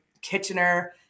Kitchener